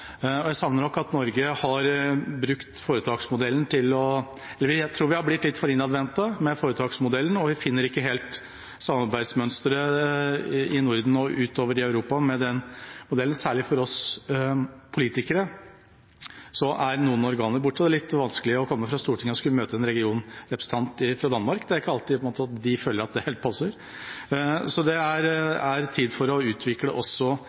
Jeg tror vi har blitt litt for innadvendte med foretaksmodellen – vi finner ikke helt samarbeidsmønsteret i Norden og utover i Europa med den modellen. Særlig for oss politikere er noen organer borte. Det er litt vanskelig å komme fra Stortinget og skulle møte en regionrepresentant fra Danmark, det er på en måte ikke alltid de føler at det helt passer. Det er tid for å utvikle også